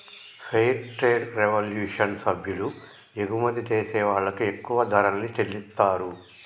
fair trade revolution సభ్యులు ఎగుమతి జేసే వాళ్ళకి ఎక్కువ ధరల్ని చెల్లిత్తారు